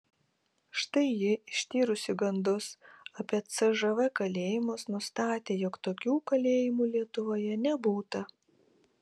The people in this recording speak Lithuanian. štai ji ištyrusi gandus apie cžv kalėjimus nustatė jog tokių kalėjimų lietuvoje nebūta